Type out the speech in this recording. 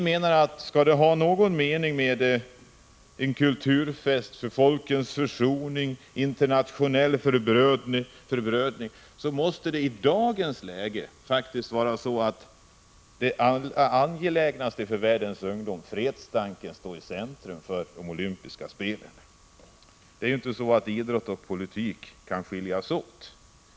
Skall det vara någon mening med en kulturfest för folkens försoning och internationell förbrödring, måste det angelägnaste i dag för världens ungdom — fredstanken -— stå i centrum för de olympiska spelen. Idrott och politik kan inte skiljas åt.